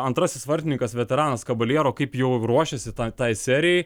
antrasis vartininkas veteranas kabaliero kaip jau ruošėsi tą tai serijai